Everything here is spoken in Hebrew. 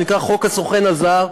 שנקרא חוק הסוכן הזר,